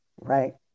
right